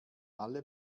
alle